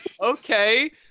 okay